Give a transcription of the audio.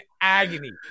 agony